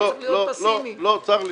לא צריך